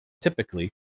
typically